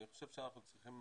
לא, אני חושב שאנחנו צריכים